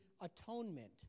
atonement